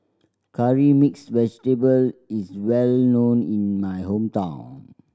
Curry Mixed Vegetable is well known in my hometown